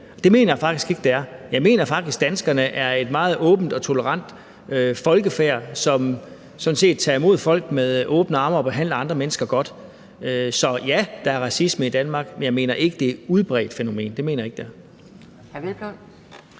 Det mener jeg faktisk ikke det er. Jeg mener faktisk, at danskerne er et meget åbent og tolerant folkefærd, som sådan set tager imod folk med åbne arme og behandler andre mennesker godt. Så ja, der er racisme i Danmark, men jeg mener ikke, at det er et udbredt fænomen, det mener jeg ikke det er.